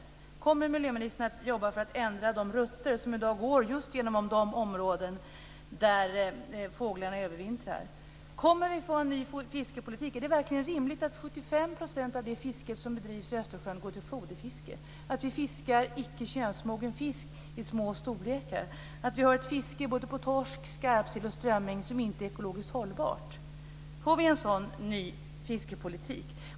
Kommer miljöministern att jobba för att ändra de rutter som i dag går just genom de områden där fåglarna övervintrar? Kommer vi att få en ny fiskepolitik? Är det verkligen rimligt att 75 % av det fiske som bedrivs i Östersjön gäller foderfiske, att vi fiskar icke könsmogen fisk i små storlekar och att vi har ett fiske på torsk, skarpsill och strömming som inte är ekologiskt hållbart? Får vi en sådan ny fiskepolitik?